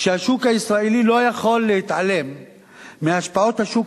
שהשוק הישראלי לא יכול להתעלם מהשפעות השוק